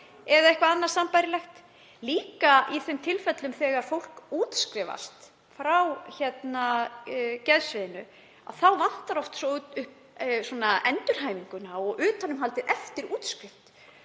eða eitthvað annað sambærilegt. Í þeim tilfellum sem fólk útskrifast frá geðsviði þá vantar líka oft endurhæfinguna og utanumhaldið eftir útskrift